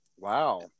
Wow